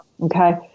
Okay